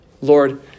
Lord